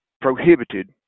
prohibited